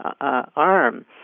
arm